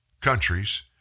countries